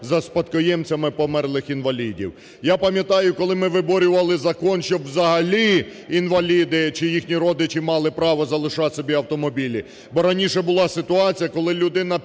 за спадкоємцями померлих інвалідів. Я пам'ятаю, коли ми виборювали закон, щоб взагалі інваліди чи їхні родичи мали право залишати собі автомобілі. Бо раніше була ситуація, коли людина